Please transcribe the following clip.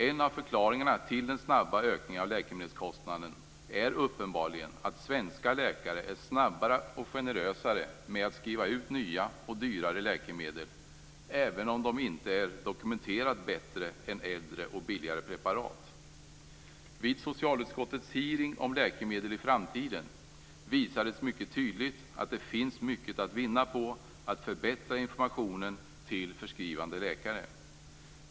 En av förklaringarna till den snabba ökningen av läkemedelskostnaden är uppenbarligen att svenska läkare är snabbare och generösare med att skriva ut nya och dyrare läkemedel, även om de inte är dokumenterat bättre än äldre och billigare preparat. Vid socialutskottets hearing om läkemedel i framtiden visades mycket tydligt att det finns mycket att vinna på att förbättra informationen till förskrivande läkare.